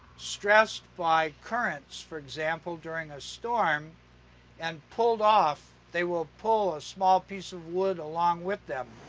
stressed by currents for example, during a storm and pulled off, they will pull a small piece of wood along with them.